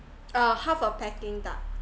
uh half a peking duck